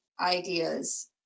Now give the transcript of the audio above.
ideas